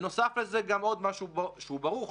דיברו על אימונים בקורונה בתרח"ט צנחנים בשבוע שעבר,